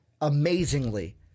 amazingly